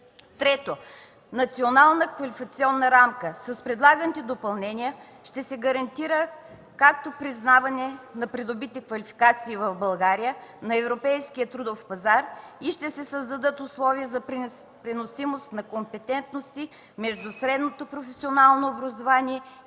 - Национална квалификационна рамка. С предлаганите допълнения ще се гарантира както признаване на придобити квалификации в България на европейския трудов пазар и ще се създадат условия за преносимост на компетентности между средното професионално образование и